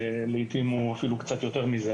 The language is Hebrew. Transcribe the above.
לעתים הוא אפילו קצת יותר מזה,